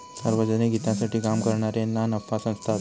सार्वजनिक हितासाठी काम करणारे ना नफा संस्था असतत